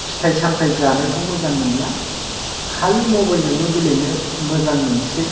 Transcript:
फिथाइ सामथाय जानायखौ मोजां मोनला खालि मबाइलजोंल' गेलेनो मोजां मोनसै